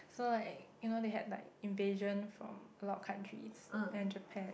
so like you know they had like invasion from a lot of countries and Japan